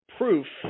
proof